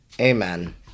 Amen